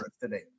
today